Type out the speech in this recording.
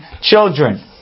children